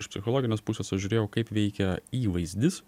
iš psichologinės pusės aš žiūrėjau kaip veikia įvaizdis